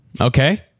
okay